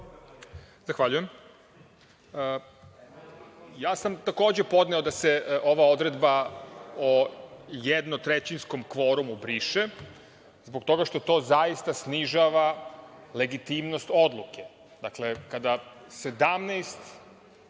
Zahvaljujem. Ja sam takođe podneo da se ova odredba o jednotrećinskom kvorumu briše, zbog toga što to zaista snižava legitimnost odluke. Dakle, kada 17%